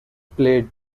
played